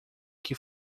que